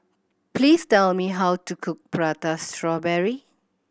please tell me how to cook Prata Strawberry